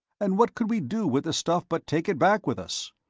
and what could we do with the stuff but take it back with us?